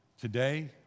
Today